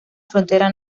frontera